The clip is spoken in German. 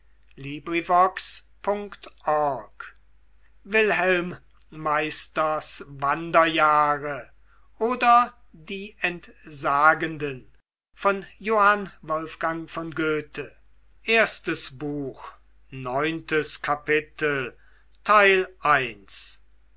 wilhelm meisters wanderjahre oder die entsagenden